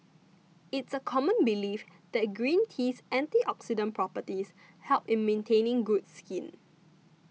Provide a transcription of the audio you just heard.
it's a common belief that green tea's antioxidant properties help in maintaining good skin